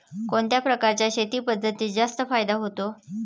कोणत्या प्रकारच्या शेती पद्धतीत जास्त फायदा होतो?